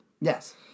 Yes